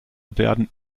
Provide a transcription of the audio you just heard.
werden